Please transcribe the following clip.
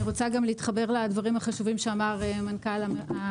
אני רוצה גם להתחבר לדברים החשובים שאמר המנכ"ל.